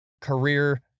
career